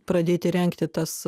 pradėti rengti tas